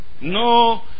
No